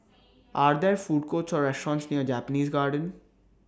Are There Food Courts Or restaurants near Japanese Garden